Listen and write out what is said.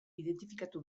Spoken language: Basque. identifikatu